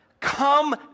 Come